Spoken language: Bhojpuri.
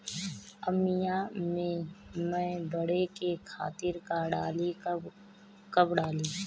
आमिया मैं बढ़े के खातिर का डाली कब कब डाली?